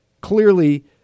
clearly